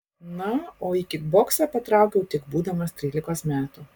na o į kikboksą patraukiau tik būdamas trylikos metų